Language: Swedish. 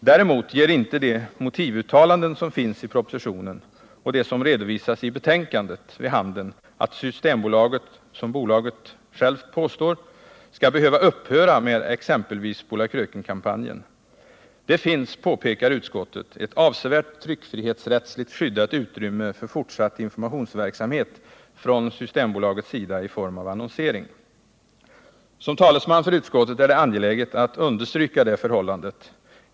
Däremot ger de motivuttalanden som finns i propositionen och de som redovisas i betänkandet inte vid handen att Systembolaget, som bolaget påstår, skall behöva upphöra med exempelvis ”Spola kröken”-kampanjen. Det finns, påpekar utskottet, ett avsevärt tryckfrihetsrättsligt skyddat utrymme för fortsatt informationsverksamhet från Systembolagets sida i form av annonsering. Som talesman för utskottet finner jag det angeläget att understryka det förhållandet.